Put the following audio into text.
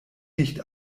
nicht